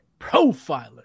Profiler